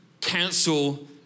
council